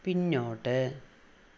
പിന്നോട്ട്